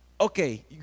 okay